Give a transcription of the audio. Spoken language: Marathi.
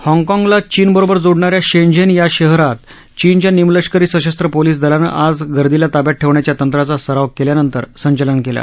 हाँगकाँगला चीनबरोबर जोडणा या शेनझेन या शहरात चीनच्या निमलष्करी सशस्त्र पोलिस दलानं आज गर्दीला ताब्यात ठेवण्याच्या तंत्राचा सराव केल्यानंतर संचलन केलं